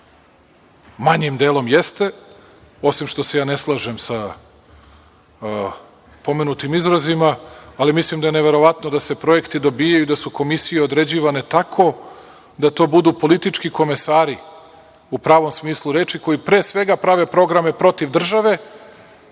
manjim delom jeste, osim što se ja ne slažem sa pomenutim izrazima. Ali mislim da je neverovatno da se projekti dobijaju i da su komisije određivane tako da to budu politički komesari u pravom smislu reči, koji pre svega prave programe protiv države.